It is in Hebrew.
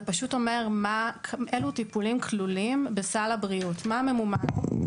זה פשוט אומר אילו טיפולים כלולים בסל הבריאות מה ממומן.